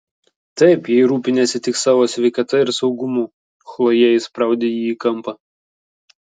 taip jei rūpiniesi tik savo sveikata ir saugumu chlojė įspraudė jį į kampą